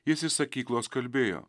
jis iš sakyklos kalbėjo